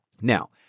Now